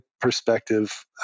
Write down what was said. perspective